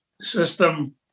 system